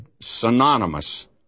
synonymous